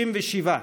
67,